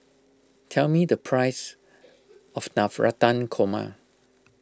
tell me the price of Navratan Korma